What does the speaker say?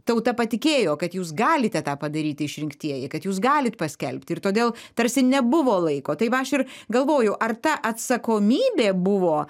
tauta patikėjo kad jūs galite tą padaryti išrinktieji kad jūs galit paskelbti ir todėl tarsi nebuvo laiko tai va aš ir galvoju ar ta atsakomybė buvo